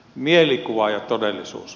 mielikuva ja todellisuus